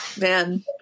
man